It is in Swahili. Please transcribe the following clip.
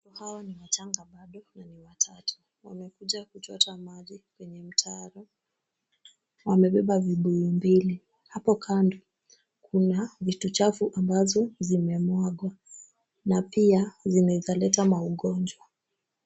Watoto hawa ni wachanga bado na ni watatu. Wamekuja kuchota maji kwenye mtaro, wamebeba vibuyu mbili. Hapo kando kuna vitu chafu ambazo zimemwagwa na pia zinaweza leta maugonjwa.